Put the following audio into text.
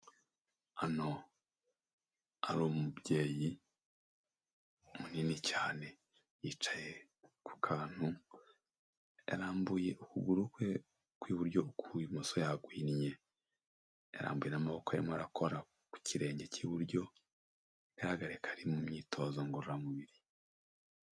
Hano hari umubyeyi munini cyane, yicaye ku kantu, yarambuye ukuguru kwe kw'iburyo ukw'ibumoso yaguhinnye, yarambuye amaboko ye arimo arakora ku kirenge cy'iburyo bigaragare ari mu myitozo ngororamubiri.